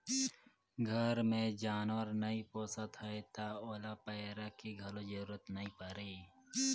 घर मे जानवर नइ पोसत हैं त ओला पैरा के घलो जरूरत नइ परे